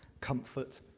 comfort